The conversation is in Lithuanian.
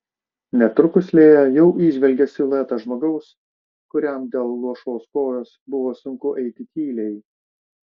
netrukus lėja jau įžvelgė siluetą žmogaus kuriam dėl luošos kojos buvo sunku eiti tyliai